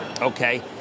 okay